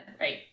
Right